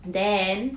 then